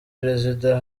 perezida